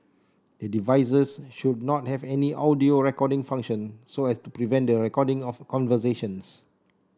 the devices should not have any audio recording function so as to prevent the recording of conversations